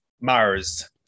Mars